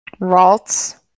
Ralts